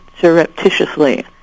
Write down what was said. surreptitiously